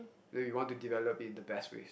then we want to develop it the best way